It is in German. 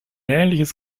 ähnliches